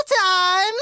Time